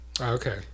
Okay